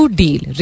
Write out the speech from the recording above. deal